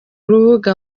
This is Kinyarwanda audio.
rubuga